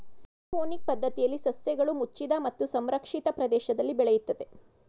aeroponic ಪದ್ಧತಿಯಲ್ಲಿ ಸಸ್ಯಗಳು ಮುಚ್ಚಿದ ಮತ್ತು ಸಂರಕ್ಷಿತ ಪ್ರದೇಶದಲ್ಲಿ ಬೆಳೆಯುತ್ತದೆ